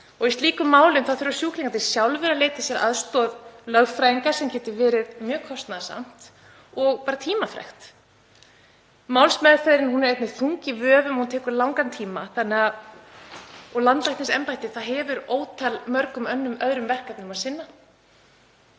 og í slíkum málum þurfa sjúklingarnir sjálfir að leita aðstoðar lögfræðinga sem getur verið mjög kostnaðarsamt og tímafrekt. Málsmeðferðin er einnig þung í vöfum, tekur langan tíma og landlæknisembættið hefur ótal mörgum öðrum verkefnum að sinna.